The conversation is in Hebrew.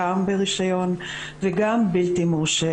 גם ברישיון וגם בלתי-מורשה.